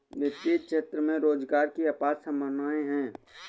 वित्तीय क्षेत्र में रोजगार की अपार संभावनाएं हैं